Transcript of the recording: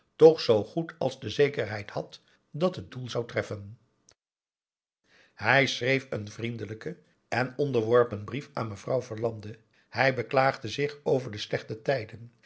toch zoo goed als de zekerheid had dat het doel zou treffen hij schreef een vriendelijken en onderworpen brief aan mevrouw verlande hij beklaagde zich over de slechte tijden